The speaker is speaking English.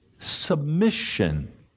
submission